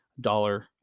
dollar